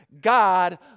God